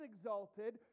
exalted